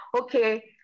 okay